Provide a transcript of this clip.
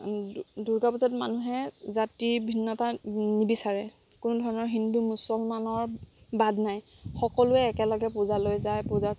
দূৰ্গাপূজাত মানুহে জাতি ভিন্নতা নিবিচাৰে কোনো ধৰণৰ হিন্দু মুছলমানৰ বাদ নাই সকলোৱে একেলগে পূজালৈ যায় পূজাত